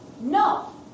no